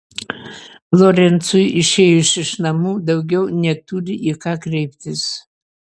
lorencui išėjus iš namų daugiau neturi į ką kreiptis